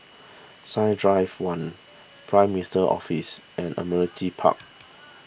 Science Drive one Prime Minister's Office and Admiralty Park